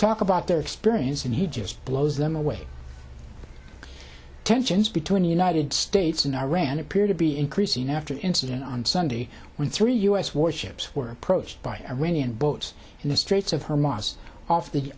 talk about their experience and he just blows them away tensions between the united states and iran appear to be creasing after the incident on sunday when three u s warships were approached by iranian boats in the straits of her mosque off the